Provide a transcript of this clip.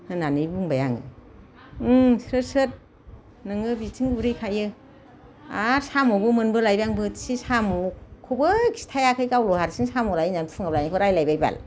होननानै बुंबाय आङो ओम स्रोद स्रोद नोङो बिथिं गुरहैखायो आरो साम'बो मोनबोलायबाय आं बोथिसे साम'खौबो खिथायाखै गावल' हारसिं साम' लायदों होननानै फुङाव लायनायखौ रायलायबाय बाल